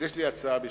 יש לי הצעה בשבילך,